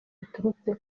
biturutse